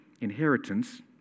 inheritance